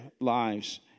lives